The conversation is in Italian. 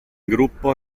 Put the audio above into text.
gruppo